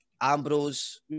Ambrose